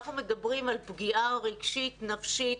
ואנחנו מדברים על פגיעה רגשית, נפשית,